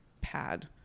pad